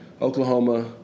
Oklahoma